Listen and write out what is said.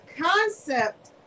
concept